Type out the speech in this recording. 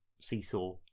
seesaw